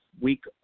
week